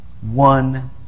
one